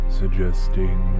suggesting